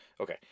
Okay